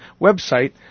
website